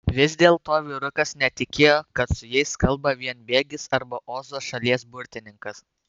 vis dėlto vyrukas netikėjo kad su jais kalba vienbėgis arba ozo šalies burtininkas